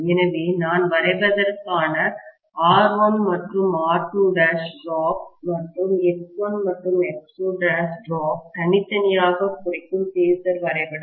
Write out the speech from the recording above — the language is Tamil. எனவே நான் வரைவதற்கான R1மற்றும் R2' டிராப் வீழ்ச்சி மற்றும் X1 மற்றும் X2' டிராப்வீழ்ச்சி தனித்தனியாக குறிக்கும் பேஸர் வரைபடம்